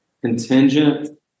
contingent